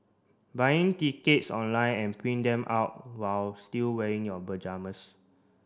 buying tickets online and print them out while still wearing your pyjamas